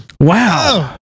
wow